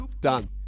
Done